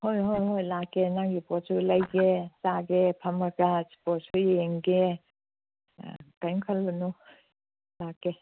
ꯍꯣꯏ ꯍꯣꯏ ꯍꯣꯏ ꯂꯥꯛꯀꯦ ꯅꯪꯒꯤ ꯄꯣꯠꯁꯨ ꯂꯩꯒꯦ ꯆꯥꯒꯦ ꯐꯝꯃꯒ ꯁ꯭ꯄꯣꯔꯠꯁꯨ ꯌꯦꯡꯒꯦ ꯀꯩꯝ ꯈꯜꯂꯨꯅꯨ ꯂꯥꯛꯀꯦ